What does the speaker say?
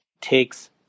takes